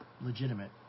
legitimate